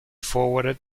forwarded